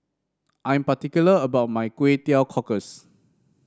I'm particular about my Kway Teow Cockles